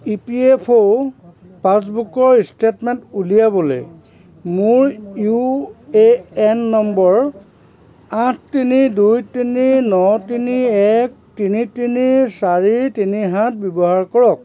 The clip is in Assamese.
ই পি এফ অ' পাছবুকৰ ষ্টেটমেণ্ট উলিয়াবলে মোৰ ইউ এ এন নম্বৰ আঠ তিনি দুই তিনি ন তিনি এক তিনি তিনি চাৰি তিনি সাত ব্যৱহাৰ কৰক